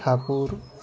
Thakur